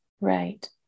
Right